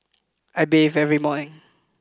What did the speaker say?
I bathe every morning